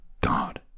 God